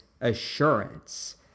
assurance